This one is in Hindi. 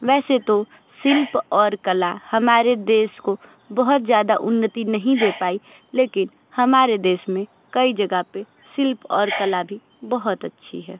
वैसे तो शिल्प और कला हमारे देश को बहुत ज़्यादा उन्नति नहीं दे पाईं लेकिन हमारे देश में कई जगह पे शिल्प और कला भी बहुत अच्छी है